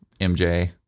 MJ